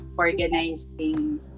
organizing